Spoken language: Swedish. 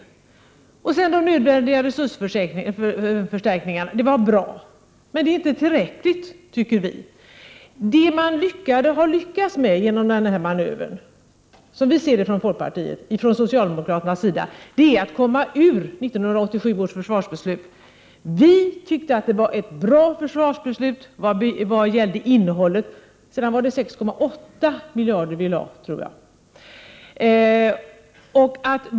Det var bra att de nödvändiga resursförstärkningarna skedde, men vi i folkpartiet anser att de inte var tillräckliga. Det som socialdemokraterna, enligt folkpartiet, har lyckats med genom denna manöver är att komma ur 1987 års försvarsbeslut. Vi i folkpartiet ansåg att det var ett bra försvarsbeslut i fråga om innehållet — jag tror att det handlade om 6,8 miljarder.